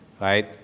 Right